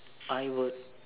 I would